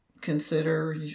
consider